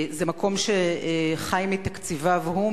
זה מקום שחי מתקציביו-הוא,